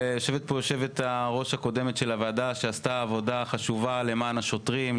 יושבת פה יושבת-הראש הקודמת של הוועדה שעשתה עבודה חשובה למען השוטרים,